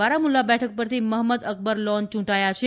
બારામુલ્લા બેઠક પરથી મહંમદ અકબર લોન ચૂંટાયા છે